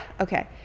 okay